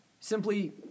simply